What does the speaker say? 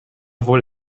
wohl